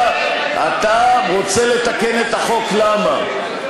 אתה רוצה לתקן את החוק, למה?